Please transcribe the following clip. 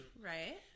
Right